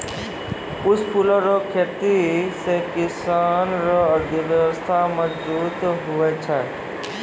पुष्प फूलो रो खेती से किसान रो अर्थव्यबस्था मजगुत हुवै छै